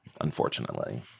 Unfortunately